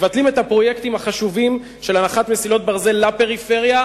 מבטלים את הפרויקטים החשובים של הנחת מסילות ברזל לפריפריה,